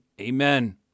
Amen